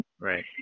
Right